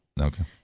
Okay